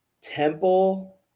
Temple